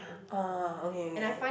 ah okay okay